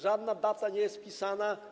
Żadna data nie jest wpisana.